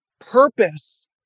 purpose